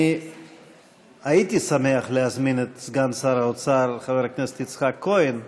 אני הייתי שמח להזמין את סגן שר האוצר חבר הכנסת יצחק כהן,